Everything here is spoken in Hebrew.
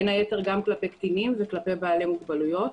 בין היתר גם כלפי קטינים וכלפי בעלי מוגבלויות.